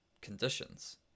conditions